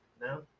No